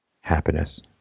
happiness